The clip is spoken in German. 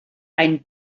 ein